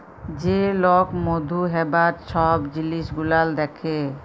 যে লক মধু হ্যবার ছব জিলিস গুলাল দ্যাখে